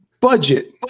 budget